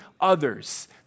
others